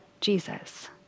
Jesus